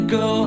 go